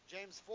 James